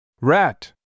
Rat